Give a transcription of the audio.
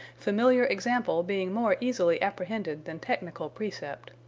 familiar example being more easily apprehended than technical precept.